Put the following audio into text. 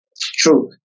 True